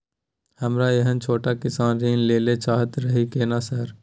हमरा एहन छोट किसान ऋण लैले चाहैत रहि केना लेब?